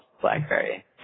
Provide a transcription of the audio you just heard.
BlackBerry